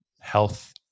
health